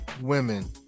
women